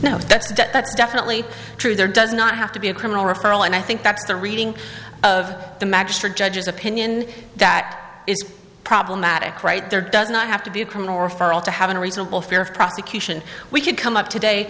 debt that's definitely true there does not have to be a criminal referral and i think that's the reading of the magistrate judge's opinion that is problematic right there does not have to be a criminal referral to having a reasonable fear of prosecution we could come up today